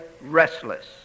restless